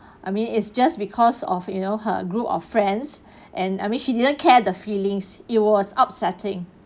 I mean it's just because of you know her group of friends and I mean she didn't care the feelings it was upsetting